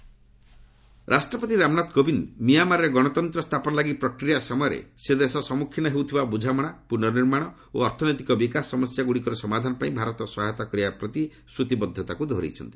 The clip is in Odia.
ପ୍ରେସିଡେଣ୍ଟ ରାଷ୍ଟ୍ରପତି ରାମନାଥ କୋବିନ୍ଦ ମିଆଁମାରରେ ଗଣତନ୍ତ୍ର ସ୍ଥାପନ ଲାଗି ପ୍ରକ୍ରିୟା ସମୟରେ ସେ ଦେଶର ସମ୍ମୁଖୀନ ହେଉଥିବା ବୁଝାମଣା ପୁର୍ନନିର୍ମାଣ ଓ ଅର୍ଥନୈତିକ ବିକାଶ ସମସ୍ୟା ଗୁଡ଼ିକର ସମାଧାନ ପାଇଁ ଭାରତ ସହାୟତା କରିବା ପ୍ରତିଶ୍ରତିବଦ୍ଧତାକୁ ଦୋହରାଇଛନ୍ତି